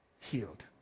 Healed